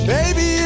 Baby